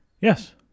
Yes